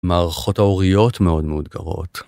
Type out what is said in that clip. מערכות ההוריות מאוד מאותגרות.